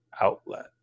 outlet